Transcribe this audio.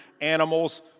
animals